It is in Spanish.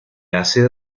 hace